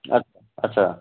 ଆଚ୍ଛା